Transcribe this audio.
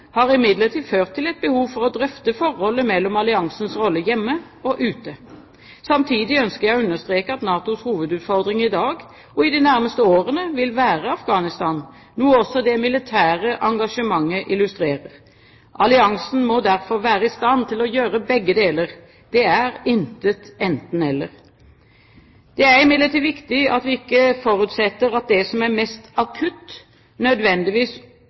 har imidlertid ført til et behov for å drøfte forholdet mellom alliansens rolle hjemme og ute. Samtidig ønsker jeg å understreke at NATOs hovedutfordring i dag og i de nærmeste årene vil være Afghanistan, noe også det militære engasjementet illustrerer. Alliansen må derfor være i stand til å gjøre begge deler. Det er intet enten–eller. Det er imidlertid viktig at vi ikke forutsetter at det som er mest akutt, nødvendigvis